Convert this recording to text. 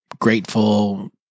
grateful